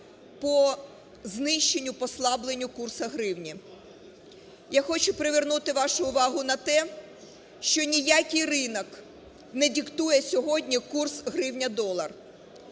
Я хочу привернути вашу увагу на те, що ніякий ринок не диктує сьогодні курс гривня-долар.